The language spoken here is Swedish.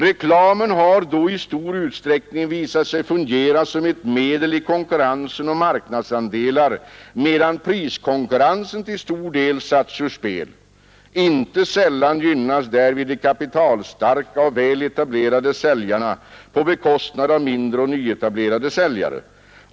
Reklamen har då i stor utsträckning visat sig fungera som ett medel i konkurrensen om marknadsandelar medan priskonkurrensen till stor del satts ur spel. Inte sällan gynnas därvid de kapitalstarka och väl etablerade säljarna på bekostnad av mindre och nyetablerade säljare.